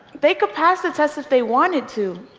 they could pass the test if they wanted to,